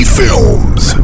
films